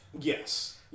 Yes